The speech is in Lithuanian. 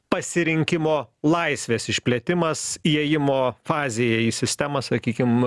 pasirinkimo laisvės išplėtimas įėjimo fazėje į sistemą sakykim